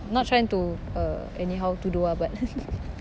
I'm not trying to uh anyhow to do ah but